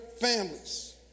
families